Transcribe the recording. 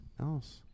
else